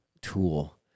tool